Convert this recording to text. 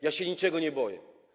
Ja się niczego nie boję.